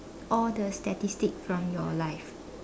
all the statistics from your life